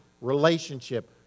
relationship